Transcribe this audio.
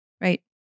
right